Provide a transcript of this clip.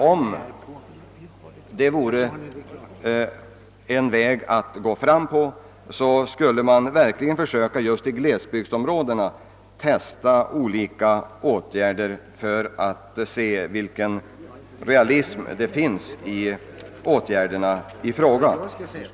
Om det är en framkomlig väg, bör man verkligen i glesbygdsområdena försöka testa olika åtgärder för att se vad de reellt kan innebära.